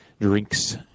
drinks